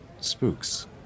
spooks